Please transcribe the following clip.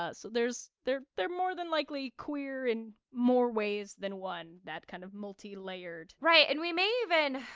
ah so there's, they're, they're more than likely queer in more ways than one that kind of multi-layered right! and we may even,